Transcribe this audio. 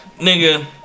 nigga